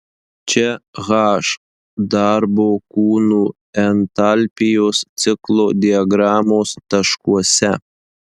čia h darbo kūnų entalpijos ciklo diagramos taškuose